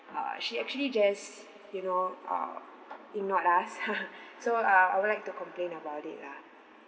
uh she actually just you know uh ignored us so uh I would like to complain about it lah